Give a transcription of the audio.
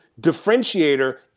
differentiator